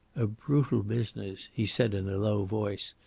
a brutal business, he said in a low voice,